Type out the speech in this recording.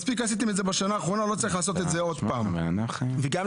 הצעה שלי לחברי האופוזיציה: אל תלכו